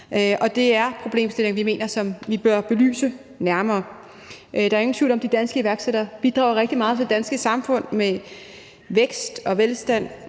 Det er problemstillinger, som vi mener bør belyses nærmere. Der er ingen tvivl om, at de danske iværksættere bidrager rigtig meget til det danske samfund med vækst og velstand